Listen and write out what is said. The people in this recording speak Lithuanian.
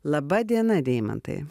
laba diena deimantai